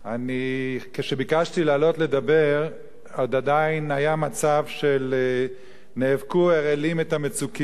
כשביקשתי לעלות לדבר עדיין היה המצב של נאבקו אראלים את המצוקים